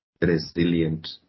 resilient